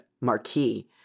marquee